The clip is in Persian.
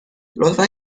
لطفا